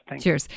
Cheers